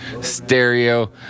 stereo